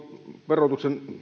verotuksen